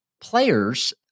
players